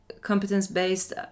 competence-based